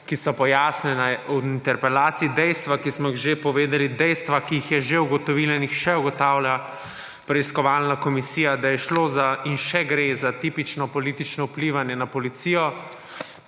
ki so pojasnjena v interpelaciji, dejstva ki smo jih že povedali, dejstva ki jih je že ugotovilo in jih še ugotavlja preiskovalna komisija, da je šlo in še gre za tipično politično vplivanje na policijo,